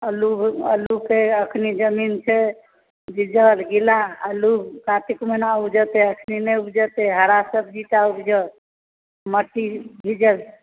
आ लोककेँ अखनी जमीन छै आलु कार्तिक महीना उपजतै एखन नहि उपजतै हरा सब्जीटा उपजत मटी भीजल